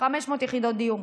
500 יחידות דיור.